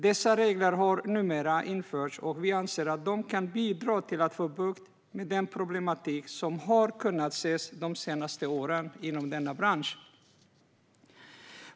Dessa regler har numera införts, och vi anser att de kan bidra till att få bukt med den problematik som har kunnat ses under de senaste åren inom denna bransch.